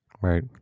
right